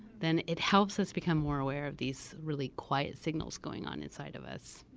then, it helps us become more aware of these really quiet signals going on inside of us.